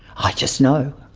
i just know,